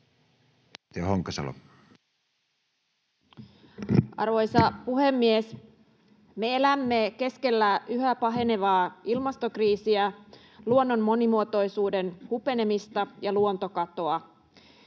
Arvoisa puhemies! Me elämme keskellä yhä pahenevaa ilmastokriisiä, luonnon monimuotoisuuden hupenemista ja luontokatoa.